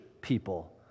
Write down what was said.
people